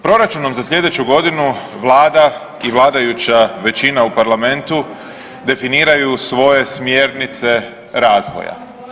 Proračunom za sljedeću godinu vlada i vladajuća većina u parlamentu definiraju svoje smjernice razvoja.